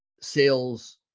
sales